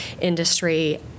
industry